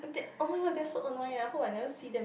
that oh-my-god they're so annoying I hope I never see them